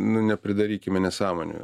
nu nepridarykime nesąmonių